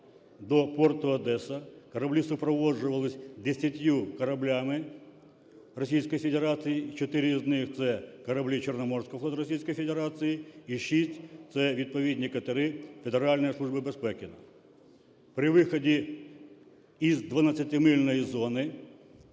до порту Одеса кораблі супроводжувались десятьма кораблями Російської Федерації і чотири з них – це кораблі Чорноморського флоту Російської Федерації, і шість - це відповідні катери Федеральної служби безпеки. При виході із дванадцятимильної зони